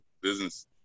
business